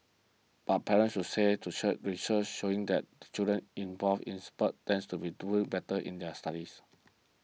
but parents would say to church research showing that children involved in sports tends to be do better in their studies